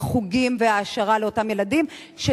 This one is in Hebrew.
חוגים והעשרה לאותם ילדים, תודה רבה.